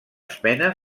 esmena